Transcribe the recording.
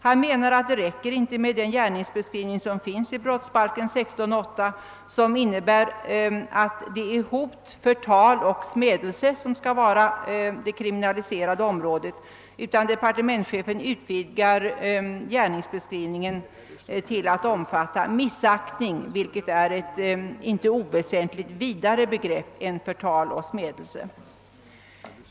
Han anser att det inte räcker med gärningsbeskrivningen i brottsbalken 16: 8, vilken innebär att hot, förtal och smädelse skall vara kriminaliserade. De-' partementschefen utvidgar gärningsbeskrivningen till att omfatta missaktning, vilket är ett icke oväsentligt vidare begrepp än förtal och simädelse.